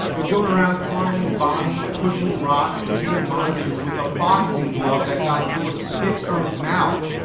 you're going around climbing vines, pushing rocks and hitting monsters with a boxing glove that godzilla spits from his mouth.